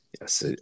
yes